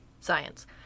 Science